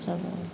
ସବୁ